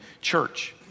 church